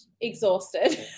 exhausted